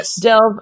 delve